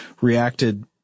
reacted